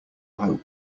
hope